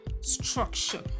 structure